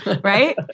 right